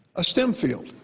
a stem field.